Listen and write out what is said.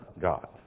God